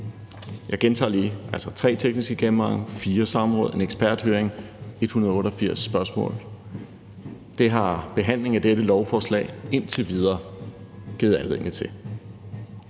Jeg gentager lige: tre tekniske gennemgange, fire samråd, én eksperthøring, 188 spørgsmål. Det har behandlingen af dette lovforslag indtil videre givet anledning til.